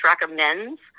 recommends